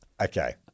Okay